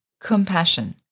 Compassion